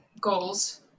goals